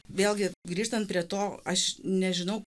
vėlgi grįžtant prie to aš nežinau